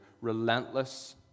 relentless